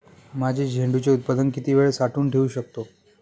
माझे झेंडूचे उत्पादन किती वेळ साठवून ठेवू शकतो?